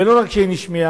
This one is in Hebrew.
ולא רק שהיא נשמעה,